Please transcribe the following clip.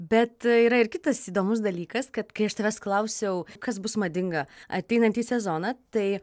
bet yra ir kitas įdomus dalykas kad kai aš tavęs klausiau kas bus madinga ateinantį sezoną tai